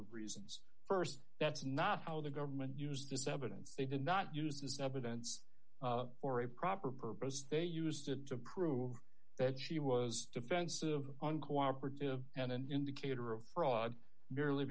of reasons st that's not how the government used this evidence they did not use this evidence for a proper purpose they used it to prove that she was defensive uncooperative and an indicator of fraud merely